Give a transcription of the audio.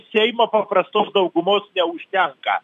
seimo paprastos daugumos neužtenka